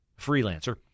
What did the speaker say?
freelancer